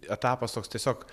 etapas toks tiesiog